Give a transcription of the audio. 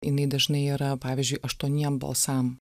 jinai dažnai yra pavyzdžiui aštuoniem balsam